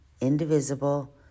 indivisible